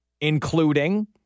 including